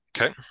Okay